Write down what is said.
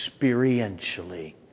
experientially